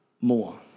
more